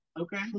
Okay